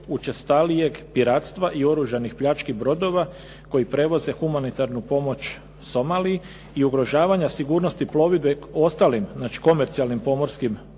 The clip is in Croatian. učestalijeg piratstva i oružanih pljački brodova koji prevoze humanitarnu pomoć Somaliji i ugrožavanja sigurnosti plovidbe ostalim, znači komercijalnim pomorskim